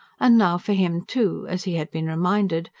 and now for him, too, as he had been reminded,